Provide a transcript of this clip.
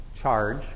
charge